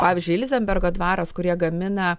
pavyzdžiui ilzenbergo dvaras kur jie gamina